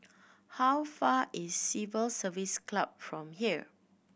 how far is Civil Service Club from here